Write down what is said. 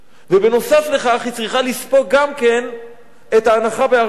ונוסף על כך היא צריכה לספוג את ההנחה בארנונה.